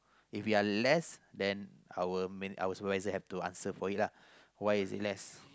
if we are less than our our supervisor have to answer for it lah why is it less